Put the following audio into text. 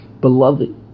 Beloved